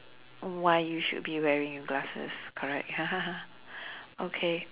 why you should be wearing your glasses correct okay